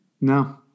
no